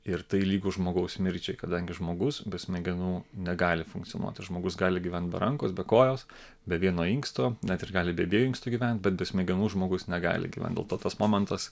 ir tai lygu žmogaus mirčiai kadangi žmogus be smegenų negali funkcionuoti žmogus gali gyvent be rankos be kojos be vieno inksto net ir gali be abiejų inkstų gyvent bet be smegenų žmogus negali gyvent dėl to tas momentas